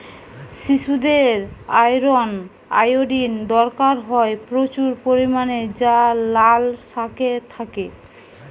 শিশুদের iron, iodine দরকার হয় প্রচুর পরিমাণে যা লাল শাকে থাকে